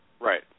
Right